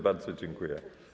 Bardzo dziękuję.